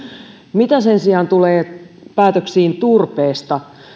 mitä sen sijaan tulee päätöksiin turpeesta